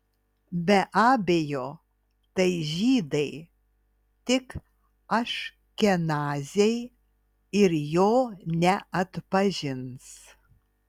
be abejo tai žydai tik aškenaziai ir jo neatpažins